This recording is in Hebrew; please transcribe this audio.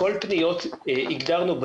הכל פניות בדיגיטל,